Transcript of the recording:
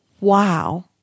wow